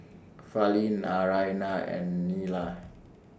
Fali Naraina and Neila